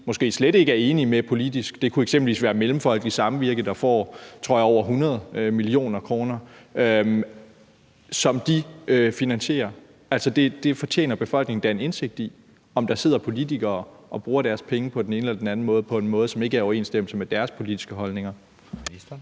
måske slet ikke er enige med politisk? Det kunne eksempelvis være Mellemfolkeligt Samvirke, der får, tror jeg, over 100 mio. kr., som de finansierer. Det fortjener befolkningen da en indsigt i, altså om der sidder politikere og bruger deres penge på den ene eller den anden måde og på en måde, som ikke er i overensstemmelse med deres politiske holdninger. Kl.